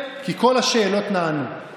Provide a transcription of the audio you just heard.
אני אסגור אותם, לא אפגע בהם.